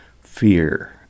fear